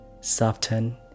soften